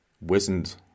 wizened